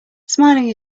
smiling